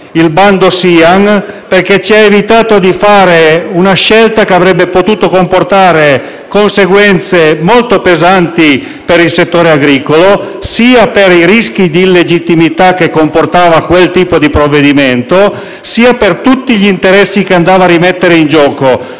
il bando SIAN, perché ci ha evitato di fare una scelta che avrebbe potuto comportare conseguenze molto pesanti al settore agricolo, sia per i rischi di illegittimità che comportava quel tipo di provvedimento, sia per tutti gli interessi che andava a rimettere in gioco.